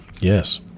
Yes